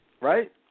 right